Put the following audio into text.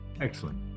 Excellent